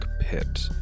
pit